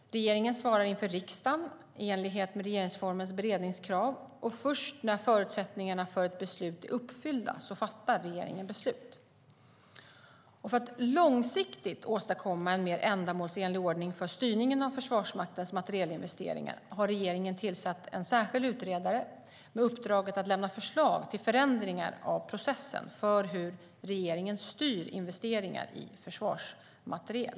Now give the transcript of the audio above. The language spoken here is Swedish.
Regeringen svarar inför riksdagen i enlighet med regeringsformens beredningskrav. Först när förutsättningarna för ett beslut är uppfyllda fattar regeringen beslut. För att långsiktigt åstadkomma en mer ändamålsenlig ordning för styrningen av Försvarsmaktens materielinvesteringar har regeringen tillsatt en särskild utredare med uppdraget att lämna förslag till förändringar av processen för hur regeringen styr investeringar i försvarsmateriel .